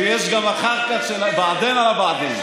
ויש גם אחר כך של הבעדין על הבעדין.